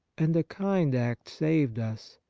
and a kind act saved us,